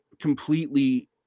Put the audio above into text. completely